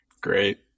Great